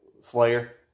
Slayer